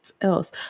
else